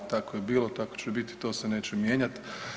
Tako je bilo, tako će biti, to se neće mijenjati.